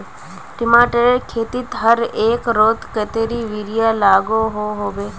टमाटरेर खेतीत हर एकड़ोत कतेरी यूरिया लागोहो होबे?